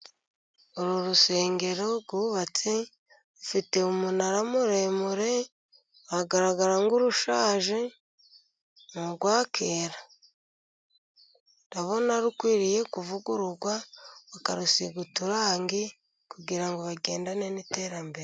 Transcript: Uru rusengero rwubatse, rufite umunara muremure, ruragaragara nk'urushaje, ni urwa kera. Ndabona rukwiriye kuvugururwa, bakarusiga uturangi, kugira ngo bagendane n'iterambere.